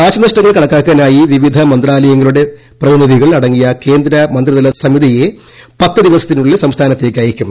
നാശനഷ്ടങ്ങൾ കണക്കാക്കാനായി വിവിധ മന്ത്രാലയങ്ങളുടെ പ്രതിനിധികൾ അടങ്ങിയ ക്ട്രിറ്റ് മന്ത്രിതല സമിതിയെ പത്തു ദിവസത്തിനുള്ളിൽ സംസ്ഥാനത്തേക്ക് അയയ്ക്കും